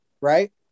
Right